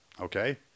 Okay